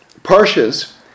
Parshas